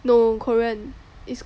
no Korean it's